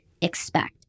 expect